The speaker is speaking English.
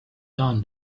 done